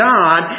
God